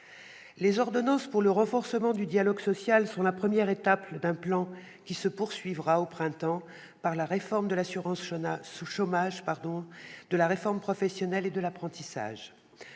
Les ordonnances pour le renforcement du dialogue social sont la première étape de la mise en oeuvre d'un plan qui se poursuivra, au printemps prochain, par la réforme de l'assurance chômage, de la formation professionnelle et de l'apprentissage.